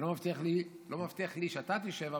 לא מבטיחים לי שאתה תשב,